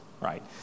right